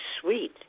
sweet